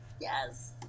Yes